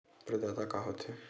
प्रदाता का हो थे?